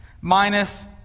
minus